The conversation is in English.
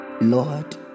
Lord